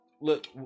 look